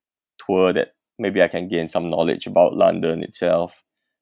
tour that maybe I can gain some knowledge about london itself